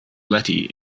letty